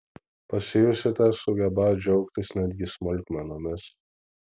pasijusite sugebą džiaugtis netgi smulkmenomis